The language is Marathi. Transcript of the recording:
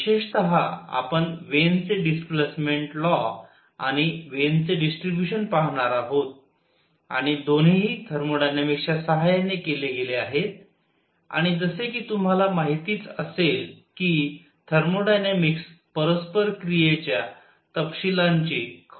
विशेषतः आपण वेन चे displacement law Wien's displacement law आणि वेन चे डिस्ट्रिब्युशन Wien's distribution पाहणार आहोत आणि दोन्ही थर्मोडायनामिक्सच्या सहाय्याने केले गेले आहेत आणि जसे कि तुम्हाला माहितीच असेल की थर्मोडायनामिक्स पररस्पर क्रियेच्या तपशीलांची खरोखर काळजी करत नाही